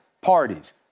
parties